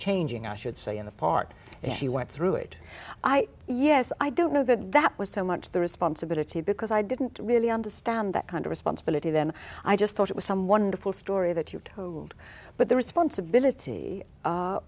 changing i should say in the part and she went through it i yes i don't know that that was so much the responsibility because i didn't really understand that kind of responsibility then i just thought it was some wonderful story that you told but the responsibility